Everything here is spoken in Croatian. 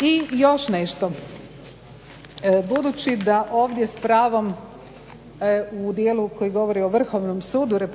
I još nešto. Budući da ovdje s pravom u dijelu koji govori o Vrhovnom sudu RH